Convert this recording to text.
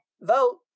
vote